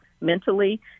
mentally